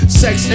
sex